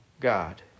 God